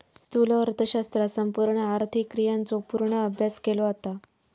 स्थूल अर्थशास्त्रात संपूर्ण आर्थिक क्रियांचो पूर्ण अभ्यास केलो जाता